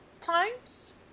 times